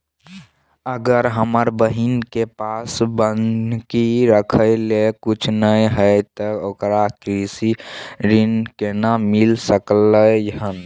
अगर हमर बहिन के पास बन्हकी रखय लेल कुछ नय हय त ओकरा कृषि ऋण केना मिल सकलय हन?